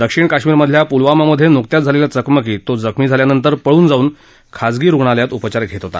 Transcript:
दक्षिण कश्मीरमधल्या पुलवामामध्ये नुकत्याच झालेल्या चकमकीत तो जखमी झाल्यानंतर जाऊन तो खाजगी रुग्णालयात उपचार घेत होता